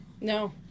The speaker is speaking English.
no